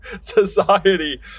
society